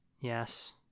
Yes